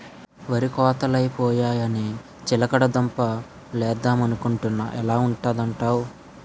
వరి కోతలై పోయాయని చిలకడ దుంప లేద్దమనుకొంటున్నా ఎలా ఉంటదంటావ్?